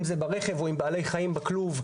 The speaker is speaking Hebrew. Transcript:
אם זה ברכב או עם בעלי חיים בכלוב,